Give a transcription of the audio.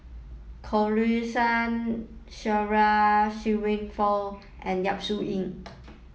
Khatijah Surattee Shirin Fozdar and Yap Su Yin